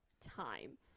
time